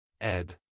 Ed